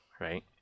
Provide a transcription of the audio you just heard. right